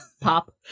pop